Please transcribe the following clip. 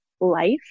life